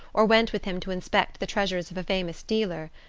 or went with him to inspect the treasures of a famous dealer,